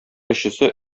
өчесе